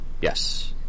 Yes